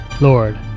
Lord